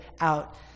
out